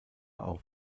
auf